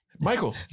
Michael